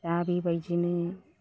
दा बेबायदिनो